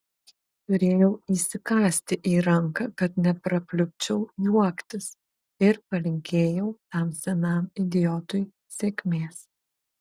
turėjau įsikąsti į ranką kad neprapliupčiau juoktis ir palinkėjau tam senam idiotui sėkmės